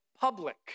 public